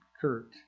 Kurt